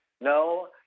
no